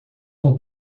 com